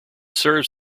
serves